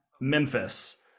memphis